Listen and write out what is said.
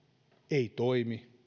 ei toimi